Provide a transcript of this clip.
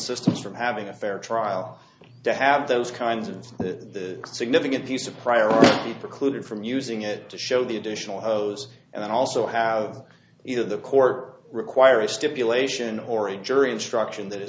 system from having a fair trial to have those kinds of the significant piece of priority precluded from using it to show the additional hose and then also have either the court require a stipulation or a jury instruction that